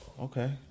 Okay